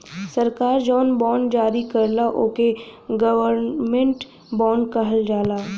सरकार जौन बॉन्ड जारी करला ओके गवर्नमेंट बॉन्ड कहल जाला